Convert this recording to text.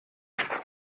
ist